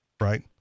right